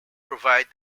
provide